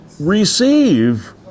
receive